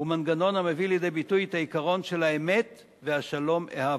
הוא מנגנון המביא לידי ביטוי את העיקרון של "האמת והשלום אהבו".